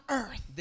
earth